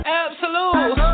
absolute